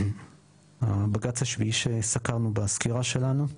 הבג"צ השביעי שסקרנו בסקירה שלנו,